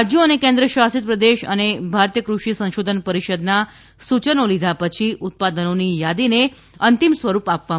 રાજ્યો અને કેન્દ્રશાસિત પ્રદેશ અને ભારતીય કૃષિ સંશોધન પરિષદના સૂચના લીધા પછી ઉત્પાદનોની યાદીને અંતિમ સ્વરૂપ આપવામાં આવ્યું છે